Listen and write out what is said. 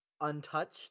untouched